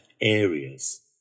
areas